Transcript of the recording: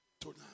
tonight